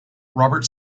robert